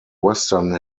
western